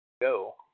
go